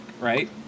right